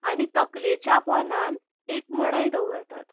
आनी तकलेच्या पोंदान एक मणय दवरतात